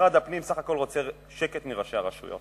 משרד הפנים בסך הכול רוצה שקט מראשי הרשויות.